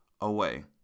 away